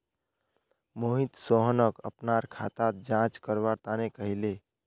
मोहित सोहनक अपनार खाताक जांच करवा तने कहले